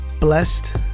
Blessed